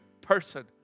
person